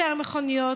יותר מכוניות,